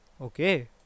Okay